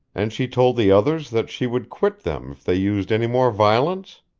and she told the others that she would quit them if they used any more violence?